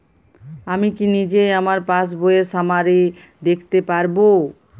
আমি কি নিজেই আমার পাসবইয়ের সামারি দেখতে পারব?